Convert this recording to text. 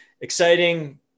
exciting